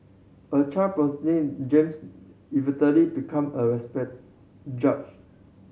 a child James become a respect judge